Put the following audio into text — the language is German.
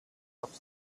auf